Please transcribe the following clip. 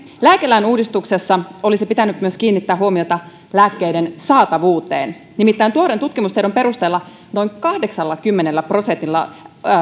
lääkelain uudistuksessa olisi pitänyt myös kiinnittää huomiota lääkkeiden saatavuuteen nimittäin tuoreen tutkimustiedon perusteella noin kahdeksallakymmenellä prosentilla